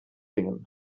singen